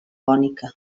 cònica